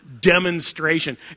demonstration